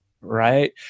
right